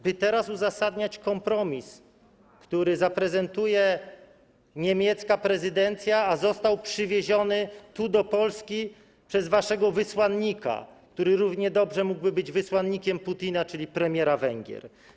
By teraz uzasadniać kompromis, który zaprezentuje niemiecka prezydencja, a został przywieziony tu, do Polski, przez waszego wysłannika, który równie dobrze mógłby być wysłannikiem Putina, czyli premiera Węgier.